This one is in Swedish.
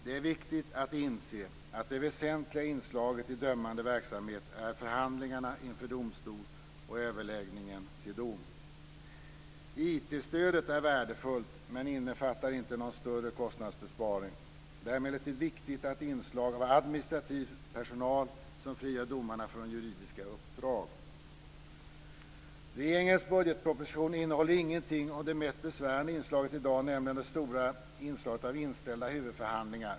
Det är viktigt att inse att det väsentliga inslaget i dömande verksamhet är förhandlingarna inför domstol och överläggningen till dom. IT-stödet är värdefullt men innefattar inte någon större kostnadsbesparing. Det är emellertid viktigt med inslag av administrativ personal som frigör domarna från juridiska uppdrag. Regeringens budgetproposition innehåller ingenting av det mest besvärande inslaget i dag, nämligen det stora inslaget av inställda huvudförhandlingar.